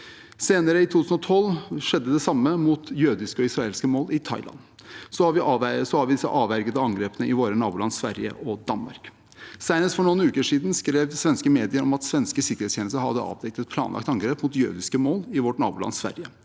Senere, i 2012, skjedde det samme mot jødiske og israelske mål i Thailand. Vi har også de avvergede angrepene i våre naboland, Sverige og Danmark. Senest for noen uker siden skrev svenske medier om at svenske sikkerhetstjenester hadde avdekket et planlagt angrep mot jødiske mål i vårt naboland Sverige.